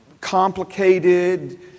complicated